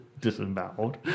disemboweled